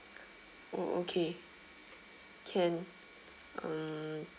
oh okay can uh